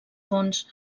fons